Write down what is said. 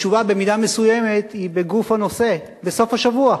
התשובה במידה מסוימת היא בגוף הנושא, בסוף השבוע.